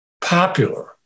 popular